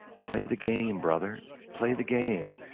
play the game, brother, play the game.